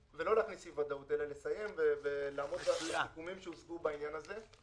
אלא לסיים ולעמוד בסיכומים שהושגו בעניין הזה.